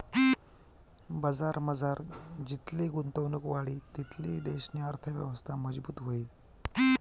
बजारमझार जितली गुंतवणुक वाढी तितली देशनी अर्थयवस्था मजबूत व्हयी